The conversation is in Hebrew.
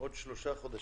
עוד שלושה חודשים